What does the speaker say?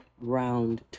round